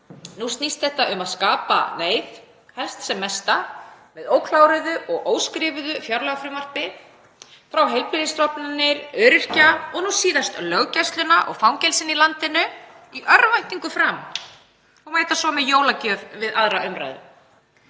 Nú snýst þetta um að skapa neyð, helst sem mesta, með ókláruðu og óskrifuðu fjárlagafrumvarpi, fá heilbrigðisstofnanir, öryrkja og nú síðast löggæsluna og fangelsin í landinu í örvæntingu fram og mæta svo með jólagjöf við 2. umr.,